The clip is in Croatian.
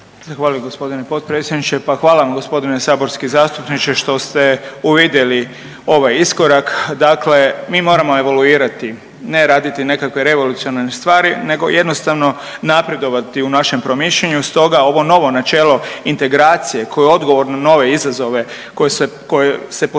Zahvaljujem g. potpredsjedniče. Pa hvala vam g. saborski zastupniče što ste uvidjeli ovaj iskorak, dakle mi moramo evaluirati, ne raditi nekakve revolucionarne stvari nego jednostavno napredovati u našem promišljanju. Stoga ovo novo načelo integracije koje je odgovor na nove izazove koje se, koje se postavljaju